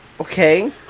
Okay